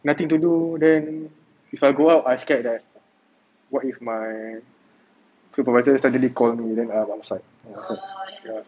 nothing to do then if I go out I scared that what if my supervisor suddenly call me then I outside ya